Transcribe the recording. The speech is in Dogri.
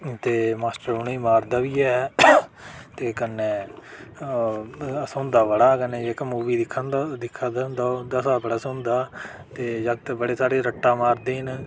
ते मास्टर उ'नें ई मारदा बी ऐ ते कन्नै स्होंदा बड़ा कन्नै इक्क मूवी दिक्खा दा उं'दे र बड़ा स्होंदा ते जागत बड़े सारे रट्टा मारदे न